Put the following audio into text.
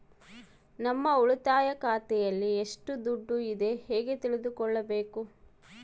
ನಮ್ಮ ಉಳಿತಾಯ ಖಾತೆಯಲ್ಲಿ ಎಷ್ಟು ದುಡ್ಡು ಇದೆ ಹೇಗೆ ತಿಳಿದುಕೊಳ್ಳಬೇಕು?